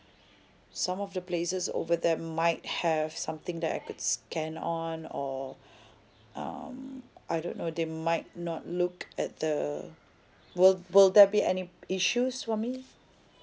some of the places over there might have something that I could scan on or um I don't know they might not look at the will will there be any issues for me